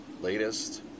latest